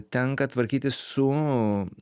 tenka tvarkytis su